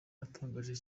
utangaje